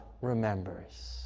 Remembers